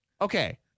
Okay